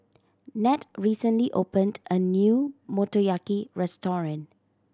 Ned recently opened a new Motoyaki Restaurant